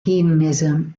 hedonism